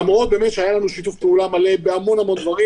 למרות שהיה לנו שיתוף פעולה מלא בהמון דברים.